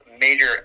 major